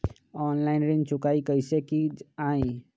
Online ऋण चुकाई कईसे की ञाई?